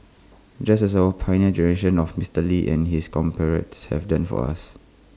just as our Pioneer Generation of Mister lee and his compatriots have done for us